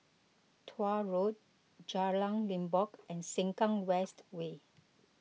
Tuah Road Jalan Limbok and Sengkang West Way